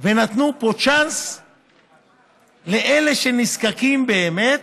ונתנו פה צ'אנס לאלה שנזקקים באמת,